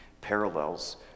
parallels